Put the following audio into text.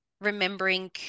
Remembering